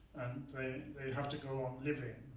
they they have to go on living.